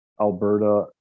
Alberta